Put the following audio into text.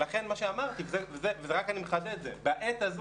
לכן מה שאמרתי ואני רק מחדד בעת הזו,